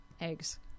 Eggs